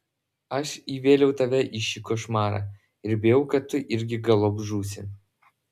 aš įvėliau tave į šį košmarą ir bijau kad tu irgi galop žūsi